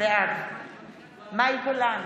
בעד מאי גולן,